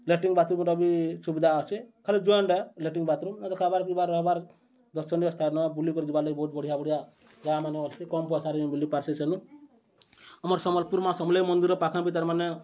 latrine ବାଥ୍ରୁମ୍ର ବି ସୁବିଧା ଅଛେ ଖାଲି ଜଏଣ୍ଟ୍ ଏ ଲେଟ୍ରିଙ୍ଗ୍ ବାଥ୍ରୁମ୍ ଖାଲି ଖାଏବାର୍ ପିଇବାର୍ ରହେବାର୍ ଦର୍ଶନୀୟ ସ୍ଥାନ ବୁଲିକରି ଯିବାର୍ ଲାଗି ବହୁତ୍ ବଢ଼ିଆ ବଢ଼ିଆ ଜାଗାମାନେ ଅଛେ କମ୍ ପଏସାରେ ବି ବୁଲି ପାର୍ସିଁ ସେନୁ ଆମର୍ ସମ୍ବଲପୁର୍ ମାଁ ସମ୍ବଲେଇ ମନ୍ଦିର୍ ପାଖେ ବି ତାର୍ମାନେ